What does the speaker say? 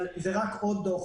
אבל בסוף זה רק עוד דוח,